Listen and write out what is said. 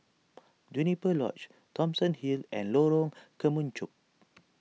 Juniper Lodge Thomson Hill and Lorong Kemunchup